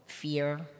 fear